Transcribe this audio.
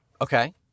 Okay